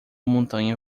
montanha